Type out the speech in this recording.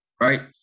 right